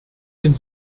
den